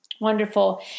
Wonderful